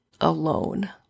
alone